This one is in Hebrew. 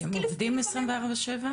הם עובדים עשרים וארבע/שבע?